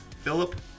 Philip